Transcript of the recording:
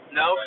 no